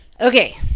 Okay